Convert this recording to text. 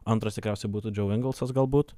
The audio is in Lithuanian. antras tikriausiai būtų džeu engelsas galbūt